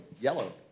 yellow